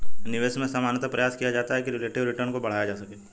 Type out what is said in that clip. निवेश में सामान्यतया प्रयास किया जाता है कि रिलेटिव रिटर्न को बढ़ाया जा सके